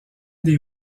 des